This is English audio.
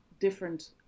different